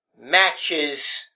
matches